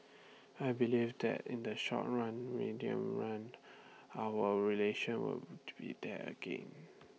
I believe that in the short run medium run our relations will be there again